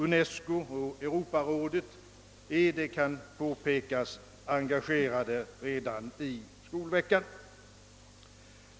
UNESCO och Europarådet är — det kan påpekas — redan engagerade i skolveckan.